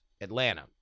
Atlanta